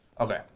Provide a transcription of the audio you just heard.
Okay